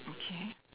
okay